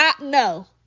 No